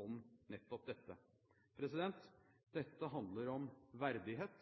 om nettopp dette. Dette handler om verdighet,